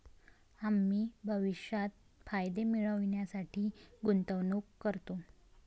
आम्ही भविष्यात फायदे मिळविण्यासाठी गुंतवणूक करतो